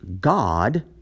God